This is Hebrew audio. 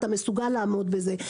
לאתה מסוגל לעמוד בזה.